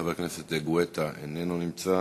חבר הכנסת גואטה, איננו נמצא.